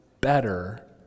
better